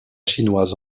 chinoise